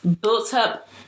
built-up